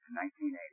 1980